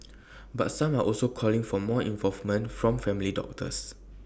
but some are also calling for more involvement from family doctors